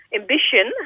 ambition